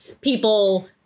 people